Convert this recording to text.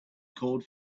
called